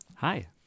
Hi